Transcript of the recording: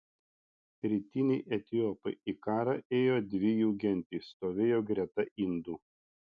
rytiniai etiopai į karą ėjo dvi jų gentys stovėjo greta indų